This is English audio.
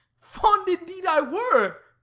fond indeed i were!